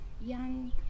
young